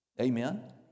Amen